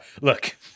Look